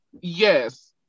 yes